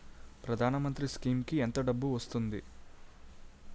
ప్రధాన మంత్రి స్కీమ్స్ కీ ఎంత డబ్బు వస్తుంది?